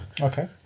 Okay